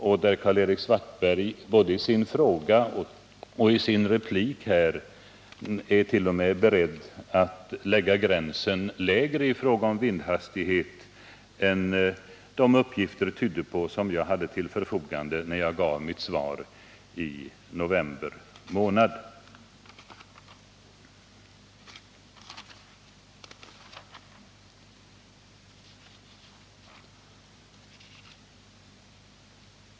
Och Karl-Erik Svartberg är, både i sin fråga och i sin replik, t.o.m. beredd att sätta gränsen för en effektiv oljebekämpning vid en lägre vindhastighet än den som jag angav i mitt svar i november månad.